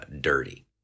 dirty